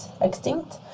extinct